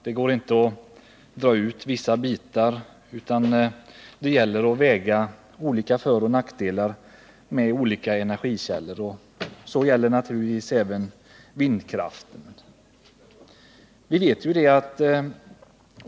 Det går inte att ta ut vissa bitar, utan man måste väga föroch nackdelar med olika energikällor, och det gäller naturligtvis även vindkraften.